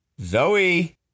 Zoe